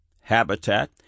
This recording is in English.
habitat